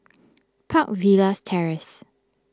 Park Villas Terrace